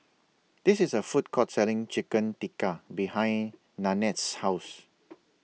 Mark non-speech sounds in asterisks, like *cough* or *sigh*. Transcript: This IS A Food Court Selling Chicken Tikka behind Nanette's House *noise*